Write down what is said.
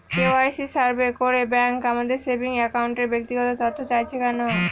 KYC survey করে bank আমাদের saving অ্যাকাউন্টের ব্যক্তিগত তথ্য চাইছে কেন?